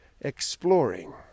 exploring